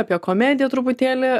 apie komediją truputėlį